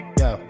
yo